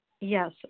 Yes